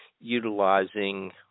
utilizing